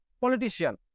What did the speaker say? politician